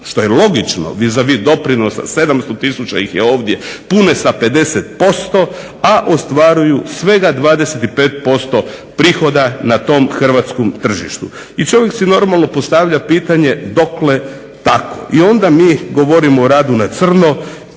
što je logično vis a vis doprinosa 700 tisuća ih je ovdje pune sa 50%,a ostvaruju svega 25% prihoda na tom hrvatskom tržištu. I čovjek si normalno postavlja pitanje, dokle tako? I onda mi govorimo o radu na crno